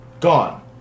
gone